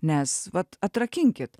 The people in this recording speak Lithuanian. nes vat atrakinkit